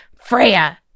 Freya